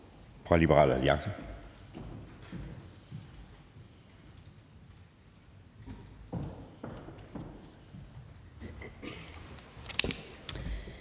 fra Liberal Alliance.